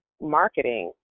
marketing